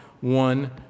one